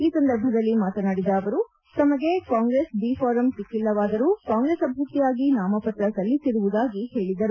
ಈ ಸಂದರ್ಭದಲ್ಲಿ ಮಾತನಾಡಿದ ಅವರು ತಮಗೆ ಕಾಂಗ್ರೆಸ್ ಬಿ ಫಾರಂ ಸಿಕ್ಕೆಲ್ಲವಾದರೂ ಕಾಂಗ್ರೆಸ್ ಅಭ್ಯರ್ಥಿಯಾಗಿ ನಾಮಪತ್ರ ಸಲ್ಲಿಸಿರುವುದಾಗಿ ಹೇಳಿದರು